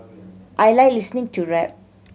I like listening to rap